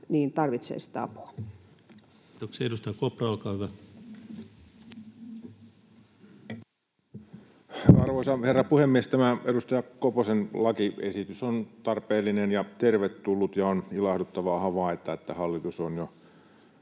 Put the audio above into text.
muuttamisesta Time: 17:55 Content: Arvoisa herra puhemies! Tämä edustaja Koposen lakiesitys on tarpeellinen ja tervetullut, ja on ilahduttavaa havaita, että hallitus on jo